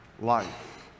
life